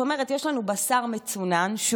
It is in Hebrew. יש לנו בשר מצונן,